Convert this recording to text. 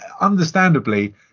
understandably